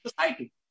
society